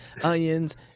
onions